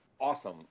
awesome